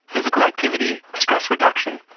physical activity, stress reduction,